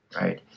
right